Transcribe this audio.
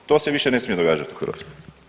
To se više ne smije događati u Hrvatskoj.